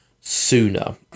Sooner